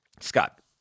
Scott